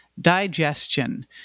digestion